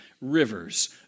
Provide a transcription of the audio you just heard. rivers